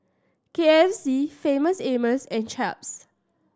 K F C Famous Amos and Chaps